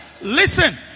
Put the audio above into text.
Listen